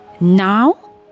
Now